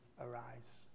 arise